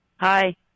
hi